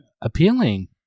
appealing